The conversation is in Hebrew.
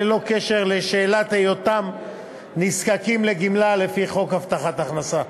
ללא קשר לשאלת היותם נזקקים לגמלה לפי חוק הבטחת הכנסה.